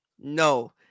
no